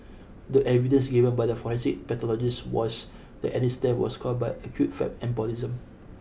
the evidence given by the forensic pathologist was that Annie's death was caused by acute fat embolism